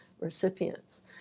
Recipients